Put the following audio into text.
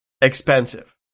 expensive